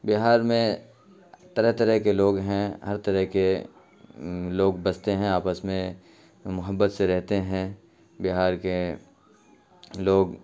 بہار میں طرح طرح کے لوگ ہیں ہر طرح کے لوگ بستے ہیں آپس میں محبت سے رہتے ہیں بہار کے لوگ